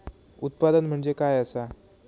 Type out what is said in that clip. उत्पादन म्हणजे काय असा?